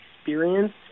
experience